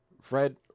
fred